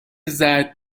زرد